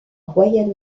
royal